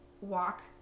walk